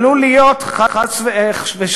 עלול להיות מחר, חס ושלום,